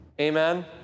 Amen